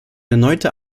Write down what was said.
erneuter